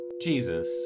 Jesus